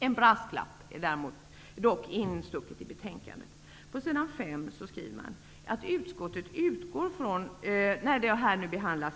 En brasklapp är instucken i det betänkande som vi nu behandlar.